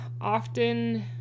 often